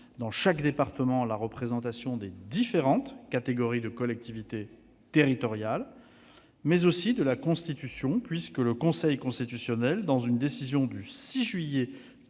dans chaque département, la représentation des différentes catégories de collectivités territoriales », mais aussi à la Constitution, puisque le Conseil constitutionnel, dans sa décision du 6 juillet 2000,